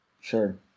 Sure